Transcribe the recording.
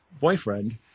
boyfriend